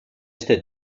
este